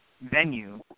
venue